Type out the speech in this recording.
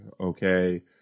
okay